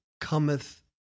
cometh